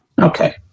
Okay